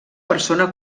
persona